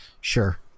sure